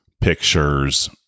pictures